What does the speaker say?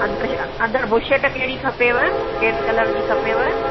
अंदरि छा अदंरि बुशर्ट कहिड़ी खपेव कहिड़े कलर जी खपेव